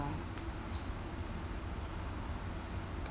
ya